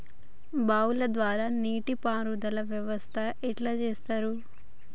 బావుల ద్వారా నీటి పారుదల వ్యవస్థ ఎట్లా చేత్తరు?